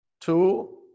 Two